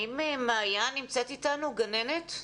האם מעיין וולשבר, גננת,